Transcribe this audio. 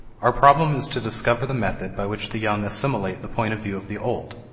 our problem is to discover the method by which the young assimilate the point of view of the old,